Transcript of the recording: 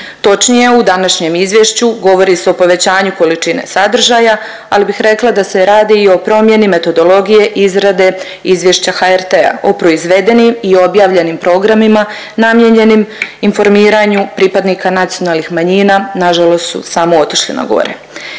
Točnije u današnjem izvješću govori se o povećanju količine sadržaja ali bih rekla da se radi i o promjeni metodologije izrade izvješća HRT-a u proizvedenim i objavljenim programima namijenjenim informiranju pripadnika nacionalnih manjina nažalost su samo otišli na gore.